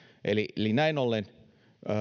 eli eli näin ollen